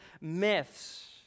myths